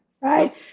right